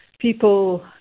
people